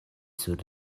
sur